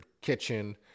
kitchen